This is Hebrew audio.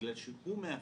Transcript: בגלל שהוא מאפשר,